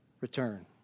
return